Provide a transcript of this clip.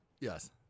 Yes